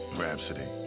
Rhapsody